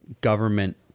government